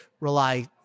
rely